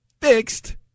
fixed